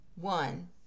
one